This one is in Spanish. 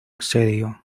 serio